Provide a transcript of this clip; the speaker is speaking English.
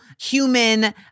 human